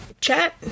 chat